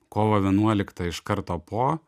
kovo vienuoliktą iš karto po